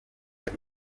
ati